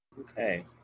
Okay